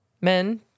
Men